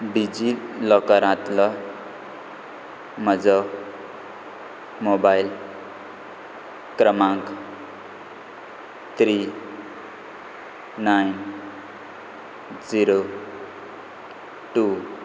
डिजिलॉकरांतलो म्हजो मोबायल क्रमांक त्री णायण झिरो टू